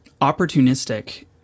opportunistic